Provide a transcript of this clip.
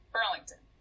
Burlington